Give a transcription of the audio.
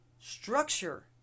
structure